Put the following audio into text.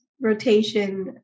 rotation